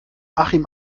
achim